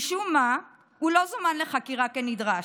משום מה, הוא לא זכה לחקירה כנדרש.